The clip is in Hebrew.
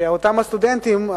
כשאותם הסטודנטים,